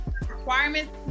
requirements